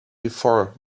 before